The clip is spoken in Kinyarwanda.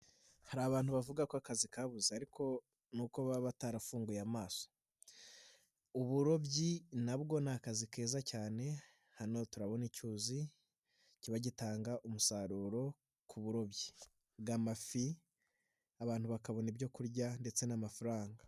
Hari abantu bavuga ko akazi kabuze ariko, nuko baba batarafunguye amaso. Uburobyi nabwo ni akazi keza cyane, hano turabona icyuzi, kiba gitanga umusaruro ku burobyi, bw'amafi, abantu bakabona ibyo kurya ndetse n'amafaranga.